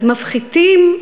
מפחיתים,